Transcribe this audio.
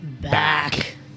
back